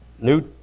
New